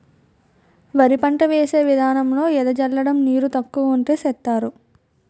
వరి పంట వేసే విదానంలో ఎద జల్లడం నీరు తక్కువ వుంటే సేస్తరు